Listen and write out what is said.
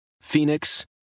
Phoenix